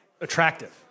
attractive